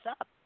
up